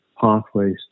pathways